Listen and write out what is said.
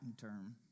term